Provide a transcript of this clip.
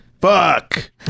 Fuck